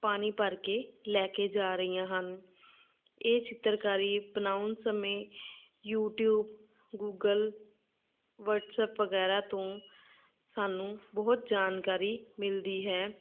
ਪਾਣੀ ਭਰ ਕੇ ਲੈ ਕੇ ਜਾ ਰਹੀਆਂ ਹਨ ਇਹ ਚਿੱਤਰਕਾਰੀ ਬਣਾਉਣ ਸਮੇਂ ਯੂਟਿਊਬ ਗੂਗਲ ਵਟਸਅੱਪ ਵਗੈਰਾ ਤੋਂ ਸਾਨੂੰ ਬਹੁਤ ਜਾਣਕਾਰੀ ਮਿਲਦੀ ਹੈ